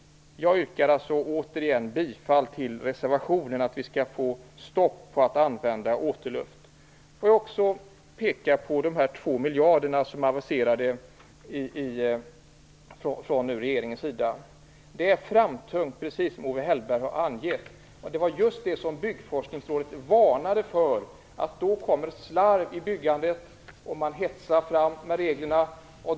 Jag yrkar återigen bifall till reservationen om att vi skall införa ett stopp för att använda återluft. Låt mig också peka på de två miljarder som är aviserade från regeringens sida. Det är framtungt, precis som Owe Hellberg har angett. Byggforskningsrådet varnade för att det kommer slarv i byggandet om man hetsar fram reglerna.